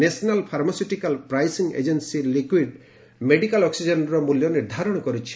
national pharmaceutical pricing agency liquid medical ଅକ୍ନିଜେନ୍ର ମୂଲ୍ୟ ସ୍ଥିର କରିଛି